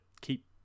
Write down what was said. keep